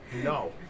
No